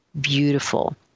beautiful